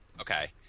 Okay